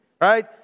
right